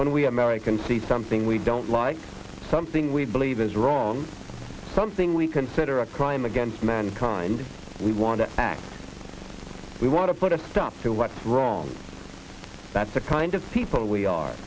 when we americans see something we don't like something we believe is wrong something we consider a crime against mankind we want to act we want to put a stop to what's wrong that's the kind of people we are